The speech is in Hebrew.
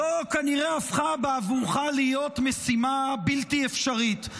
זו כנראה הפכה בעבורך להיות משימה בלתי אפשרית,